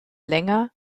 länger